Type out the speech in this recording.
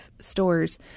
stores